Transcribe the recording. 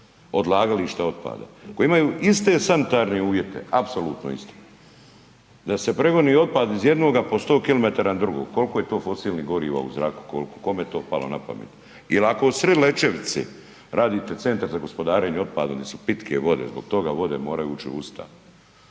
odlagališta otpada koji imaju iste sanitarne uvjete, apsolutno iste da se pregoni otpad iz jednoga po 100km na drugog, koliko je to fosilnih goriva u zraku, kome je to palo na pamet. Jer ako u sred Lećevice radite centar za gospodarenjem otpadom gdje su pitke vode, zbog toga vode moraju ući u Ustav.